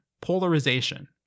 polarization